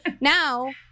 now